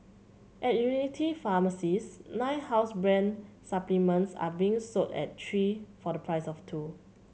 at pharmacies nine house brand supplements are being sold at three for the price of two